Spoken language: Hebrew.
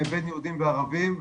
בין יהודים וערבים.